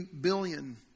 billion